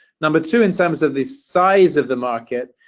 number two, in terms of the size of the market,